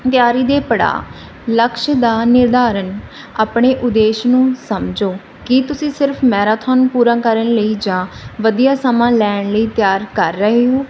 ਤਿਆਰੀ ਦੇ ਪੜਾਅ ਲਕਸ਼ ਦਾ ਨਿਰਧਾਰਨ ਆਪਣੇ ਉਦੇਸ਼ ਨੂੰ ਸਮਝੋ ਕੀ ਤੁਸੀਂ ਸਿਰਫ ਮੈਰਾਥੋਨ ਪੂਰਾ ਕਰਨ ਲਈ ਜਾਂ ਵਧੀਆ ਸਮਾਂ ਲੈਣ ਲਈ ਤਿਆਰ ਕਰ ਰਹੇ ਹੋ